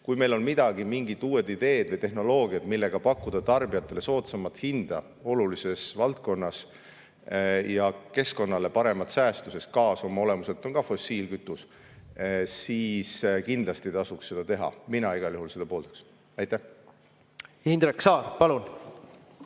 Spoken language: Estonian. kui meil on midagi, mingid uued ideed või tehnoloogiad, millega pakkuda tarbijale soodsamat hinda olulises valdkonnas ja keskkonnale paremat säästu, sest gaas oma olemuselt on ka fossiilkütus, siis kindlasti tasuks seda teha. Mina igal juhul seda pooldan. Indrek Saar, palun!